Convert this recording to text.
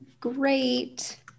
Great